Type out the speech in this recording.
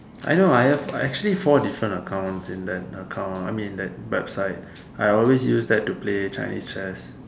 I know I have I actually four different accounts in that account I mean that website I always use that to play Chinese chess